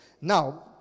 Now